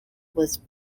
was